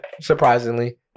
surprisingly